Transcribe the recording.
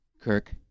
Kirk